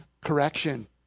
correction